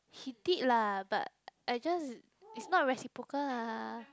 he did lah but I just it's not reciprocal lah